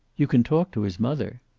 you can talk to his mother.